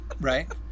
right